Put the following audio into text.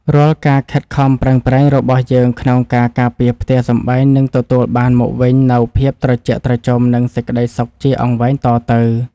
រាល់ការខិតខំប្រឹងប្រែងរបស់យើងក្នុងការការពារផ្ទះសម្បែងនឹងទទួលបានមកវិញនូវភាពត្រជាក់ត្រជុំ និងសេចក្តីសុខជាអង្វែងតទៅ។